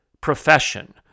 profession